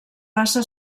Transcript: passa